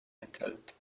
enthält